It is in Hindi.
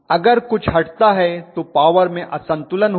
अगर कुछ हटता है तो पावर में असंतुलन होगा